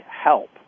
help